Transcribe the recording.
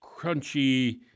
crunchy